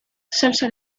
salsa